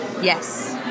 Yes